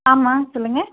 ஆமாம் சொல்லுங்கள்